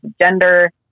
gender